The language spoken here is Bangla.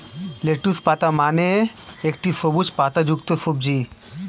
লেটুস পাতা মানে একটি সবুজ পাতাযুক্ত সবজি